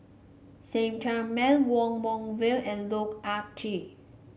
Cheng Tsang Man Wong Meng Voon and Loh Ah Chee